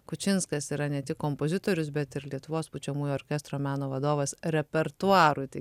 kučinskas yra ne tik kompozitorius bet ir lietuvos pučiamųjų orkestro meno vadovas repertuarui